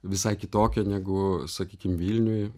visai kitokia negu sakykim vilniuj